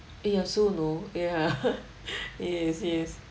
eh I also know ya yes yes